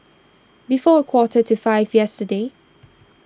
before a quarter to five yesterday